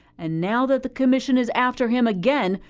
and now that the commission is after him again,